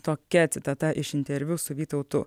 tokia citata iš interviu su vytautu